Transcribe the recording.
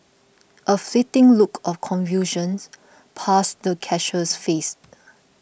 a fleeting look of confusions passed the cashier's face